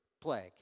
plague